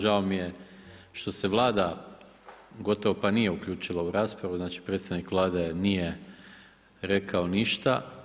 Žao mi je što se Vlada gotovo pa i nije uključila u raspravu, znači predstavnik Vlade nije rekao ništa.